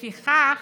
לפיכך,